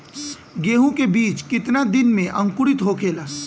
गेहूँ के बिज कितना दिन में अंकुरित होखेला?